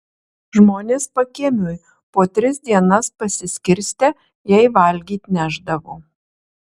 žmonės pakiemiui po tris dienas pasiskirstę jai valgyt nešdavo